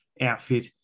outfit